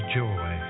joy